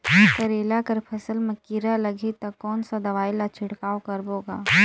करेला कर फसल मा कीरा लगही ता कौन सा दवाई ला छिड़काव करबो गा?